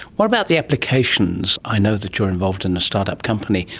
what about the applications? i know that you're involved in a start-up company.